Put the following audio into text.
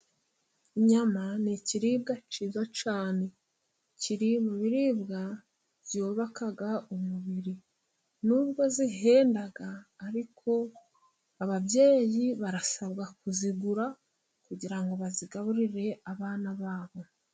Inyama ni ikiribwa cyiza cyane kiri mu biribwa byubaka umubiri. Nubwo zihenda ariko ababyeyi barasabwa kuzigura kugira ngo bazigaburire abana babo.